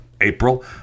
April